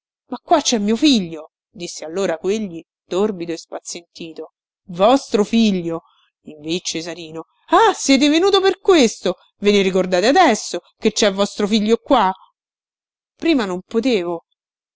ma qua cè mio figlio disse allora quegli torbido e spazientito vostro figlio inveì cesarino ah siete venuto per questo ve ne ricordate adesso che c è vostro figlio qua prima non potevo